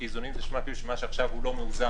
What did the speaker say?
כי איזונים זה נשמע כאילו הוא עכשיו הוא לא מאוזן.